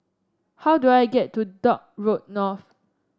how do I get to Dock Road North